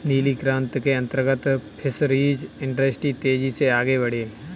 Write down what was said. नीली क्रांति के अंतर्गत फिशरीज इंडस्ट्री तेजी से आगे बढ़ी